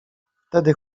wtedy